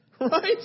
right